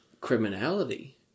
criminality